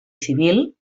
civil